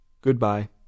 Goodbye